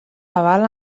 aval